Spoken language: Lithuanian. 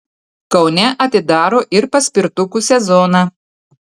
kaune atidaro ir paspirtukų sezoną